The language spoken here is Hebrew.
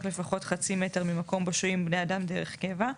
לפחות חצי מטר ממקום בו שוהים בני אדם דרך קבע,